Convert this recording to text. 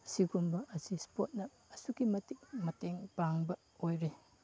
ꯁꯤꯒꯨꯝꯕ ꯑꯁꯤ ꯏꯁꯄꯣꯔꯠꯅ ꯑꯁꯨꯛꯀꯤ ꯃꯇꯤꯛ ꯃꯇꯦꯡ ꯄꯥꯡꯕ ꯑꯣꯏꯔꯤ